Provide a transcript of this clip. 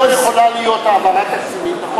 כי לא יכולה להיות העברה תקציבית.